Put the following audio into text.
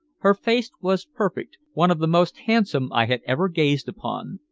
her face was perfect, one of the most handsome i had ever gazed upon.